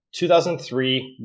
2003